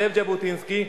זאב ז'בוטינסקי,